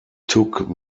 took